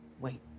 Wait